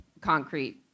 concrete